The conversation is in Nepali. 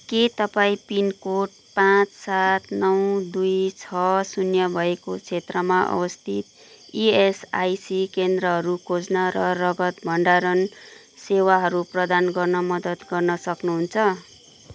के तपाईँँ पिनकोड पाँच सात नौ दुई छ शून्य भएको क्षेत्रमा अवस्थित इएसआइसी केन्द्रहरू खोज्न र रगत भण्डारण सेवाहरू प्रदान गर्न मद्दत गर्न सक्नुहुन्छ